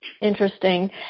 Interesting